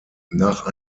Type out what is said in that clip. nach